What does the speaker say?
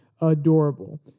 adorable